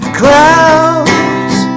clouds